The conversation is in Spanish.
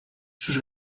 sus